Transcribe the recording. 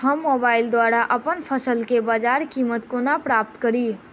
हम मोबाइल द्वारा अप्पन फसल केँ बजार कीमत कोना प्राप्त कड़ी?